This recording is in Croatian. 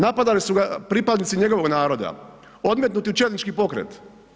Napadali su ga pripadnici njegovog naroda odmetnuti u četnički pokret.